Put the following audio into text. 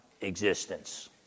existence